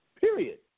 period